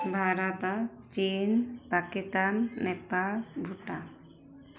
Bharat Chin Pakistan Nepal Bhutan